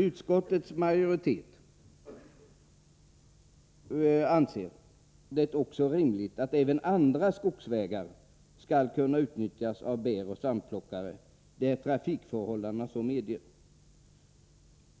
Utskottets majoritet anser det också rimligt att även andra skogsvägar skall kunna utnyttjas av bäroch svampplockare där trafikförhållandena så medger.